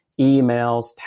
emails